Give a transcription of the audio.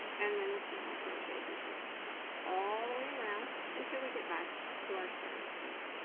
and then a single crochet decrease all the way around until we get back to our starting point